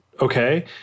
okay